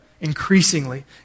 increasingly